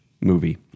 movie